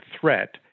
threat